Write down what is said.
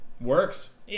works